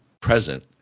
present